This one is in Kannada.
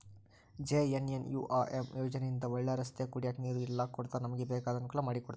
ಜೆ.ಎನ್.ಎನ್.ಯು.ಆರ್.ಎಮ್ ಯೋಜನೆ ಇಂದ ಒಳ್ಳೆ ರಸ್ತೆ ಕುಡಿಯಕ್ ನೀರು ಎಲ್ಲ ಕೊಡ್ತಾರ ನಮ್ಗೆ ಬೇಕಾದ ಅನುಕೂಲ ಮಾಡಿಕೊಡ್ತರ